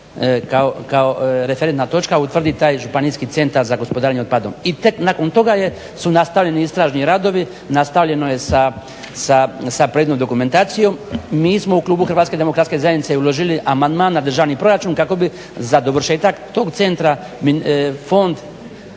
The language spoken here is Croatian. kao referentna točka utvrdi taj Županijski centar za gospodarenje otpadom. I tek nakon toga su nastavljeni istražni radovi, nastavljeno je sa projektnom dokumentacijom. Mi smo u klubu HDZ-a uložili amandman na državni proračun kako bi za dovršetak tog centra fond